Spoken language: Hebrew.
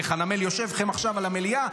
וחנמאל יושב לכם עכשיו על המליאה,